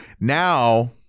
Now